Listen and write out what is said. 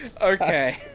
Okay